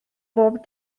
bob